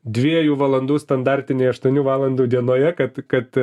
dviejų valandų standartinėj aštuonių valandų dienoje kad kad